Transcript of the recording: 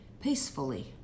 peacefully